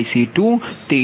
IC2તે 78